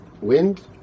Wind